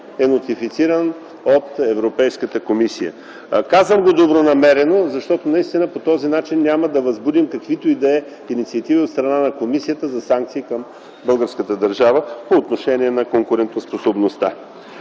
е нотифициран от Европейската комисия. Казвам го добронамерено, защото наистина по този начин няма да възбудим каквито и да е инициативи от страна на комисията за санкции към българската държава по отношение на конкурентоспособността.